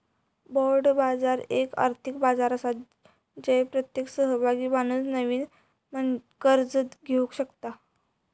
bond बाजार एक आर्थिक बाजार आसा जय प्रत्येक सहभागी माणूस नवीन कर्ज घेवक शकता